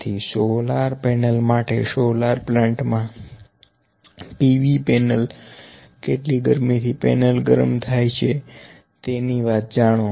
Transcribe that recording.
તેથી solar panel માટે solar plant મા p v પેનલ કેટલી ગરમી થી પેનલ ગરમ થાય છે તેની વાત જાણો